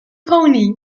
pony